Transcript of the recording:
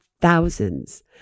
thousands